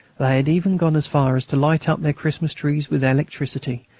they had even gone as far as to light up their christmas trees with electricity,